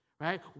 right